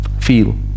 feel